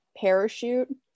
parachute